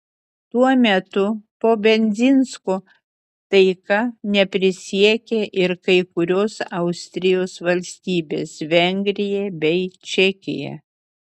tuo metu po bendzinsko taika neprisiekė ir kai kurios austrijos valstybės vengrija bei čekija